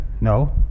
no